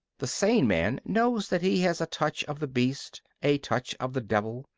the sane man knows that he has a touch of the beast, a touch of the devil,